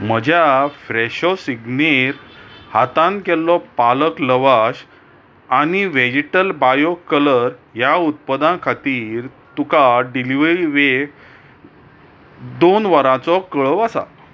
म्हज्या फ्रॅशो सिगनेर हातान केल्लो पालक लावाश आनी व्हॅजीटल बायो कलर ह्या उत्पादनां खातीर तुका डिलिव्हरी वेळ दोन वरांचो कळव आसा